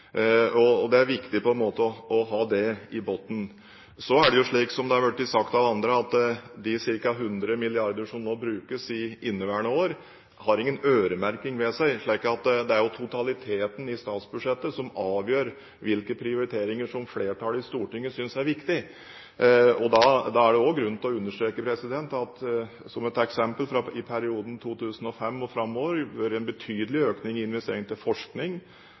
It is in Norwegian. i økonomien. Det er viktig å ha det i bunnen. Så er det slik, som det er blitt sagt av andre, at de ca. 100 milliarder kronene som nå brukes i inneværende år, har ingen øremerking ved seg. Det er jo totaliteten i statsbudsjettet som avgjør hvilke prioriteringer som flertallet i Stortinget synes er viktig. Som et eksempel: I perioden 2005 og framover har det vært en betydelig økning i investering til forskning,